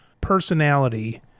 personality